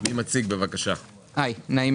אנחנו מבקשים